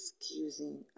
excusing